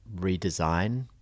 redesign